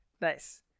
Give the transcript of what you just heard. Nice